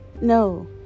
No